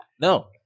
No